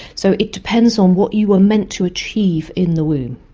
so it depends on what you were meant to achieve in the womb.